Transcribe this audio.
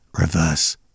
reverse